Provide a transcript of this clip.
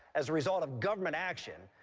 as a result of government action,